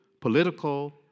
political